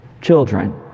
children